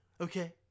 Okay